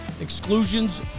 Exclusions